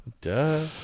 Duh